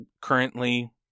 currently